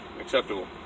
acceptable